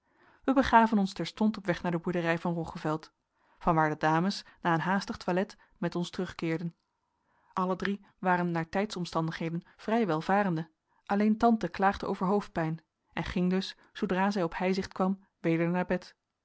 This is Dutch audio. wij begaven ons terstond op weg naar de boerderij van roggeveld van waar de dames na een haastig toilet met ons terugkeerden alle drie waren naar tijdsomstandigheden vrij welvarende alleen tante klaagde over hoofdpijn en ging dus zoodra zij op heizicht kwam weder naar bed